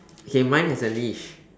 okay mine has a leash